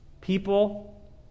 people